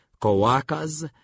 co-workers